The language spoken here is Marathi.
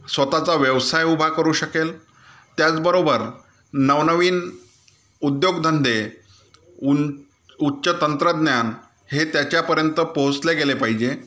स्वतःचा व्यवसाय उभा करू शकेल त्याचबरोबर नवनवीन उद्योगधंदे उन् उच्च तंत्रज्ञान हे त्याच्यापर्यंत पोहोचले गेले पाहिजे